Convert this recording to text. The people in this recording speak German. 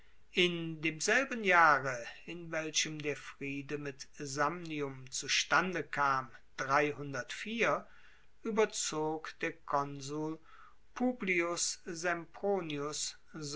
in demselben jahre in welchem der friede mit samnium zustande kam ueberzog der konsul publius